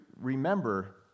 remember